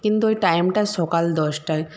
কিন্তু ওই টাইমটা সকাল দশটায়